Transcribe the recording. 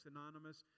Anonymous